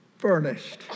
Furnished